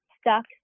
stuck